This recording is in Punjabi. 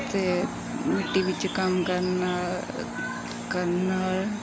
ਅਤੇ ਮਿੱਟੀ ਵਿੱਚ ਕੰਮ ਕਰਨ ਨਾਲ ਕਰਨ ਨਾਲ